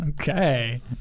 Okay